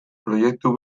proiektu